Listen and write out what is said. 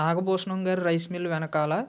Nagabhushanam garu rice mill వెనకాల